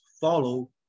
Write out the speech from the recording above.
follow